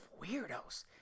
weirdos